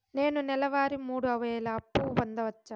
నేను నెల వారి మూడు వేలు అప్పు పొందవచ్చా?